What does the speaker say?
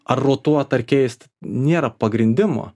ar rotuot ar keist nėra pagrindimo